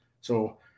So-